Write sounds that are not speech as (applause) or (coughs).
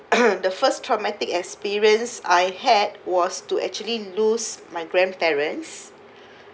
(coughs) the first traumatic experience I had was to actually lose my grandparents